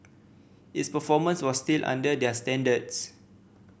its performance was still under their standards